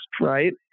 Right